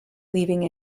leaving